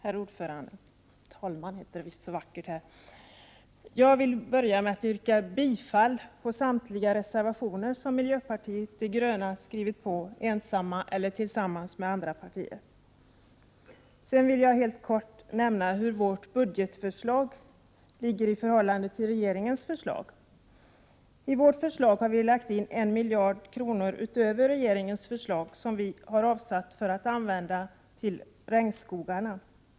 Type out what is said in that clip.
Herr talman! Jag vill börja med att yrka bifall till samtliga de reservationer som miljöpartiet de gröna ensamt eller tillsammans med andra partier skrivit under. Jag vill helt kort nämna något om hur miljöpartiet de grönas budgetförslag ser ut i förhållande till regeringens förslag. Vi har i vårt förslag avsatt 1 miljard kronor utöver det belopp som regeringen föreslår att vi skall använda till regnskogarna.